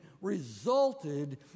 resulted